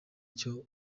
cyo